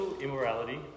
immorality